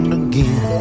again